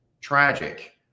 tragic